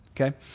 Okay